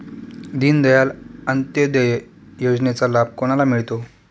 दीनदयाल अंत्योदय योजनेचा लाभ कोणाला मिळतो?